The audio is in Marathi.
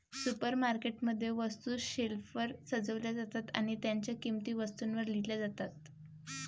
सुपरमार्केट मध्ये, वस्तू शेल्फवर सजवल्या जातात आणि त्यांच्या किंमती वस्तूंवर लिहिल्या जातात